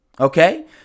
Okay